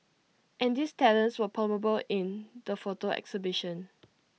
and these talents were palpable in the photo exhibition